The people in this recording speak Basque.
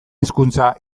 hizkuntza